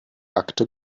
akte